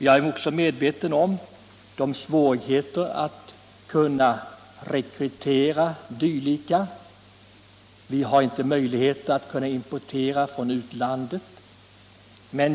Jag är också medveten om svårigheterna att rekrytera dylika. Vi har inte möjlighet att importera skomakare från utlandet.